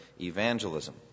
evangelism